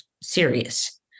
serious